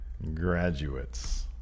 graduates